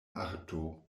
arto